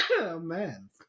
man